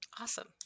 Awesome